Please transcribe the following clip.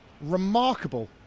remarkable